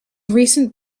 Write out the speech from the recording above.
recent